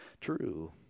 true